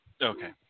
Okay